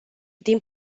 din